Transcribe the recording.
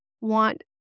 want